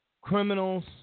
criminals